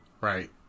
Right